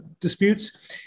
disputes